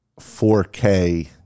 4k